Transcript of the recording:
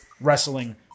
wrestling